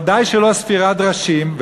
ודאי שלא ספירת ראשים,